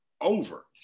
over